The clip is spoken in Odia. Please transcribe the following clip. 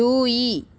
ଦୁଇ